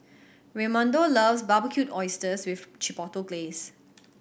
Raymundo loves Barbecued Oysters with Chipotle Glaze